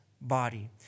body